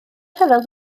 rhyfel